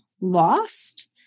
lost